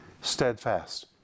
steadfast